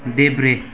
देब्रे